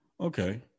Okay